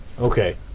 Okay